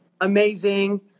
amazing